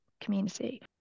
community